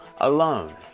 alone